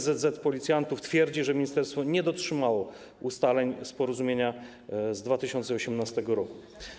NSZZ Policjantów twierdzi, że ministerstwo nie dotrzymało ustaleń z porozumienia z 2018 r.